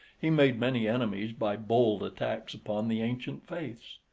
he made many enemies by bold attacks upon the ancient faiths.